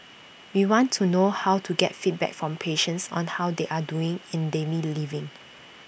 we want to know how to get feedback from patients on how they are doing in daily living